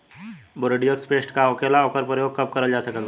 Bordeaux paste का होखेला और ओकर प्रयोग कब करल जा सकत बा?